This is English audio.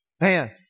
man